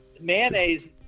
Mayonnaise